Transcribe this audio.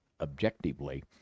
objectively